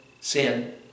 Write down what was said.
sin